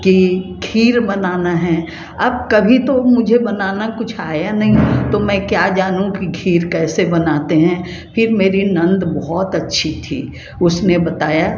की खीर बनाना है अब कभी तो मुझे बनाना कुछ आया नहीं तो मैं क्या जानू कि खीर कैसे बनाते हैं फिर मेरी नन्द बहुत अच्छी थी उसने बताया